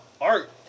art